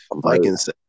Vikings